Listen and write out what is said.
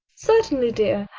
certainly, dear.